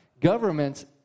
Governments